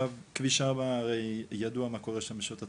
וכביש 4 הרי ידוע מה קורה שם בשעות הצהריים,